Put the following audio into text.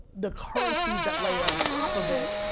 the currencies that layer on top of it,